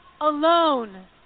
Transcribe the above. alone